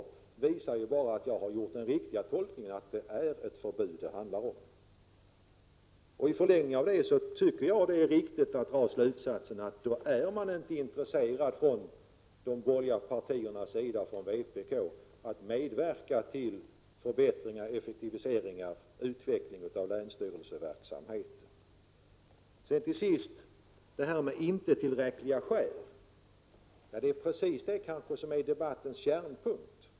Det visar bara att jag gjort en riktig tolkning — det är ett förbud det handlar om. I förlängningen tycker jag att det är riktigt att dra slutsatsen att man från de borgerliga partiernas och vpk:s sida inte är intresserad av att medverka till en förbättring, effektivisering och utveckling av länsstyrelseverksamheten. Till sist några ord om uttrycket ”inte tillräckliga skäl”. Det är precis det som är debattens kärnpunkt.